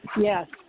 Yes